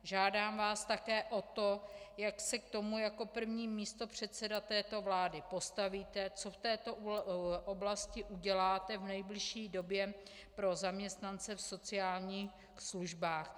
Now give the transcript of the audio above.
Žádám vás také o to, jak se k tomu jako první místopředseda této vlády postavíte, co v této oblasti uděláte v nejbližší době pro zaměstnance v sociálních službách.